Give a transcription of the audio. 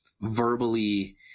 verbally